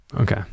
Okay